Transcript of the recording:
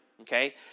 okay